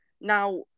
Now